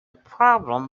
problem